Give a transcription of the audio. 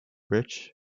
rich